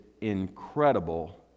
incredible